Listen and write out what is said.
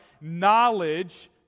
knowledge